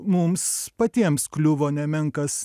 mums patiems kliuvo nemenkas